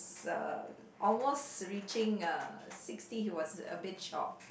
uh almost reaching uh sixty he was a bit shocked